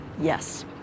Yes